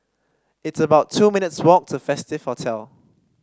it's about two minutes' walk to Festive Hotel